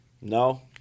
No